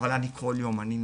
אבל אני כל יום אני נלחם,